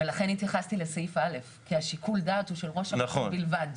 לכן התייחסתי לסעיף (א) כי שיקול הדעת הוא של ראש העיר בלבד.